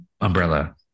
umbrella